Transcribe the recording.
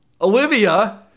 Olivia